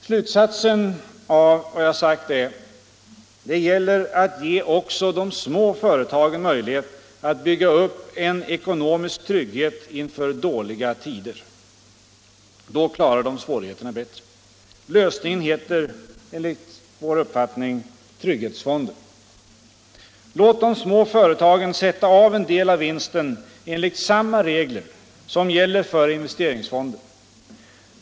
Slutsatsen av vad jag sagt är att det gäller att ge också de små företagen möjlighet att bygga upp en ekonomisk trygghet inför dåliga tider. Då klarar de svårigheterna bättre. Lösningen heter enligt vår uppfattning trygghetsfonder. Låt de små företagen sätta av en del av vinsten enligt samma regler som gäller för investeringsfonder!